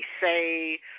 say